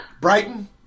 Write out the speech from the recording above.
Brighton